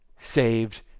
saved